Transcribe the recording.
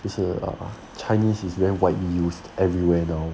意思是 err chinese is very widely used everywhere now